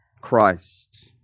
Christ